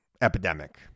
epidemic